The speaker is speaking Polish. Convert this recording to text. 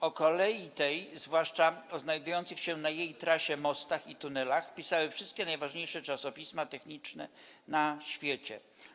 O kolei tej, zwłaszcza o znajdujących się na jej trasie mostach i tunelach, pisały wszystkie najważniejsze czasopisma techniczne na świecie.